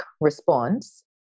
response